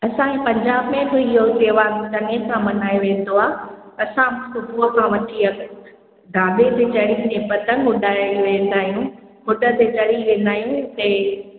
असांजे पंजाब में बि इहो ई त्योहार नए सां मनाइ वेंदो आ असां सुबूह खां वठी ढाबे ते चढ़ी पतंग उॾाइ वेंदा आहियूं फुट ते चढ़ी वेंदा आयूं हिते